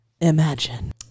imagine